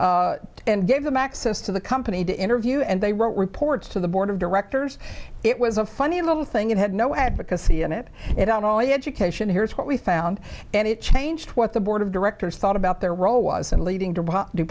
and gave them access to the company to interview and they wrote reports to the board of directors it was a funny little thing it had no advocacy in it at all the education here's what we found and it changed what the board of directors thought about their